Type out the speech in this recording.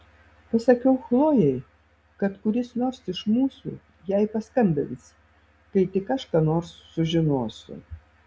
pasakiau chlojei kad kuris nors iš mūsų jai paskambins kai tik aš ką nors sužinosiu